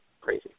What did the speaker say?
crazy